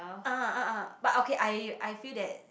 ah ah ah but okay I I feel that